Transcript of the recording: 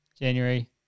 January